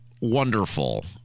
wonderful